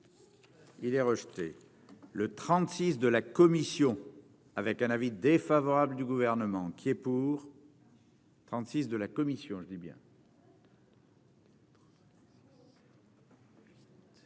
Il est rejeté, le 36 de la commission avec un avis défavorable du gouvernement qui est pour. 36 de la commission, je dis bien.